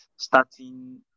starting